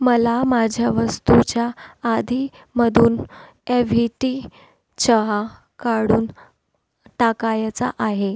मला माझ्या वस्तूच्या आदीमधून ए व्ही टी चहा काढून टाकायचा आहे